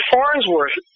Farnsworth